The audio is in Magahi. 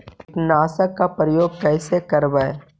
कीटनाशक के उपयोग कैसे करबइ?